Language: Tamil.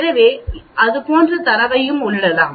எனவே அது போன்ற தரவையும் உள்ளிடலாம்